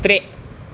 ترٛےٚ